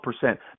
percent